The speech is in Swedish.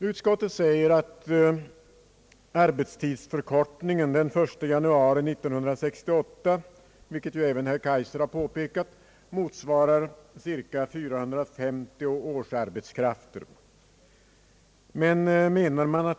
Utskottet säger att arbetstidsförkortningen den 1 januari 1968, vilket ju även herr Kaijser har påpekat, motsvarar cirka 450 årsarbetskrafter.